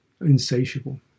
insatiable